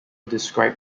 described